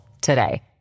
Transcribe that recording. today